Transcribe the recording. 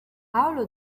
paolo